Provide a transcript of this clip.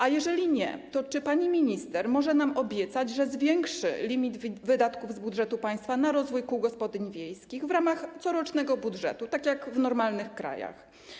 A jeżeli nie, to czy pani minister może nam obiecać, że zwiększy limit wydatków z budżetu państwa na rozwój kół gospodyń wiejskich w ramach corocznego budżetu, tak jak w normalnych krajach?